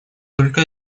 только